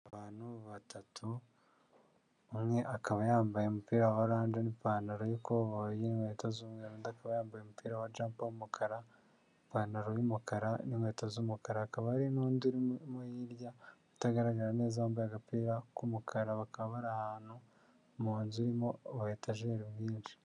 Abantu batatu umwe akaba yambaye umupira wa oranje n'ipantaro y'ikoboyi n'inkweto z'umweru undi akaba yambaye umupira wa jampa w'umukara, ipantaro y'umukara n'inkweto z'umukara, hakaba hari n'undi urimo hirya utagaragara neza wambaye agapira k'umukara, bakaba bari ahantu mu nzu irimo ubu etaje bwinshi.